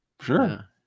Sure